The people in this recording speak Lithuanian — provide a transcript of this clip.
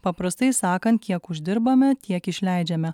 paprastai sakant kiek uždirbame tiek išleidžiame